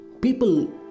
people